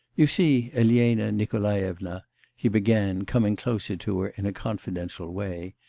you see, elena nikolaevna he began, coming closer to her in a confidential way,